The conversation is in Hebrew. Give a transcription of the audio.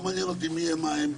לא מעניין אותי מי הם ומה הם.